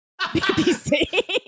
BBC